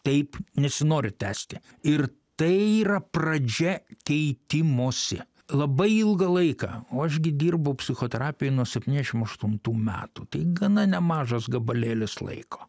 taip nesinori tęsti ir tai yra pradžia keitimosi labai ilgą laiką o aš gi dirbu psichoterapijoj nuo septyniasdešimt aštuntų metų tai gana nemažas gabalėlis laiko